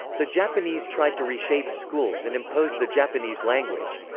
the japanese tried to reshape schools and impose the japanese language.